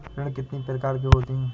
ऋण कितनी प्रकार के होते हैं?